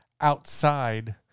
outside